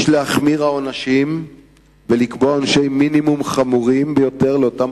יש להחמיר בעונשים ולקבוע עונשי מינימום חמורים ביותר לאותם